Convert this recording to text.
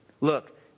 Look